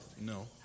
No